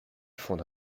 fonde